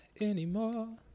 anymore